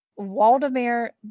waldemar